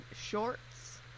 shorts